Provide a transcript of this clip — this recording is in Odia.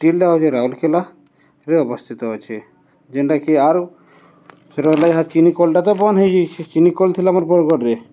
ଷ୍ଟିଲ୍ର ଏବେ ରାଉଲକେଲାରେ ଅବସ୍ଥିତ ଅଛ ଯେନ୍ଟାକି ଆରୁ ସେ ରହିଲା ଯା ଚିନିିକଳଟା ତ ବନ୍ଦ ହେଇଯାଇଛି ଚିନିକଳ ଥିଲା ଆମର ବରଗଡ଼ରେ